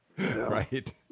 Right